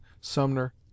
Sumner